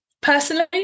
Personally